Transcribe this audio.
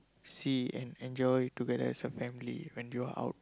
see and enjoy together as a family when you are out